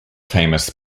famous